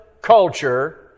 culture